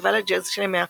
פסטיבל הג'אז של ימי הקיץ,